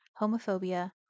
homophobia